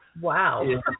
Wow